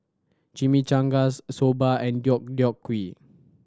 Chimichangas Soba and Deodeok Gui